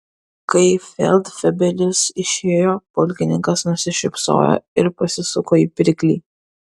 kai feldfebelis išėjo pulkininkas nusišypsojo ir pasisuko į pirklį